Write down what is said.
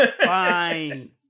Fine